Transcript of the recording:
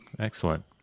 Excellent